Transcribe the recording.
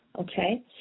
okay